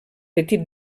petit